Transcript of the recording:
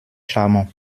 chamond